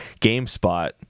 GameSpot